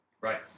Right